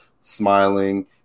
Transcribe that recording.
smiling